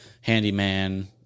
handyman